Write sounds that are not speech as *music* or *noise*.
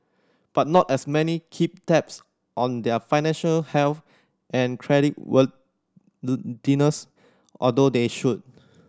but not as many keep tabs on their financial health and credit *unintelligible* although they should